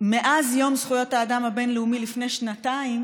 מאז יום זכויות האדם הבין-לאומי לפני שנתיים